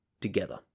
Together